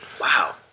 Wow